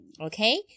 Okay